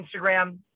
Instagram